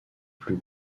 plus